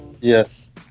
Yes